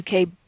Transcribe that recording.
UK